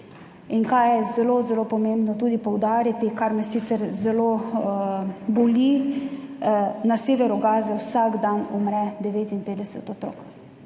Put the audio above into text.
In kar je zelo zelo pomembno tudi poudariti, kar me sicer zelo boli, na severu Gaze vsak dan umre 59 otrok.